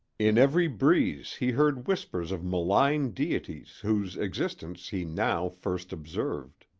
in every breeze he heard whispers of malign deities whose existence he now first observed.